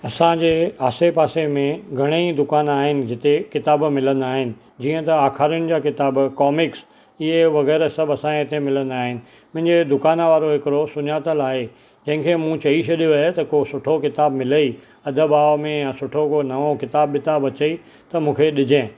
असांजे आसे पासे में घणेई दुकान आहिनि जिते किताब मिलंदा आहिनि जीअं त आखाणियुनि जा किताब कॉमिक्स इहे वग़ैरह सभु असांजे इते मिलंदा आहिनि मुंहिंजे दुकान वारो हिकिड़ो सुञातलु आहे जंहिंखें मूं चई छॾियो आहे त को सुठो किताब मिलई अधु भाव में या सुठो को नओं किताब विताब अचई त मूंखे ॾिजें